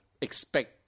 expect